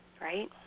right